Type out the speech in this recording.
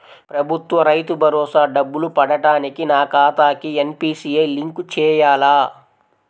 ప్రభుత్వ రైతు భరోసా డబ్బులు పడటానికి నా ఖాతాకి ఎన్.పీ.సి.ఐ లింక్ చేయాలా?